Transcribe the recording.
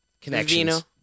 connections